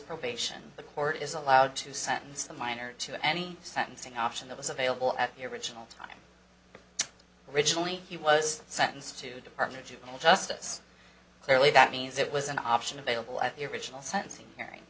probation the court is allowed to sentence the minor to any sentencing option that was available at the original time originally he was sentenced to the juvenile justice clearly that means it was an option available at the original sentencing hearing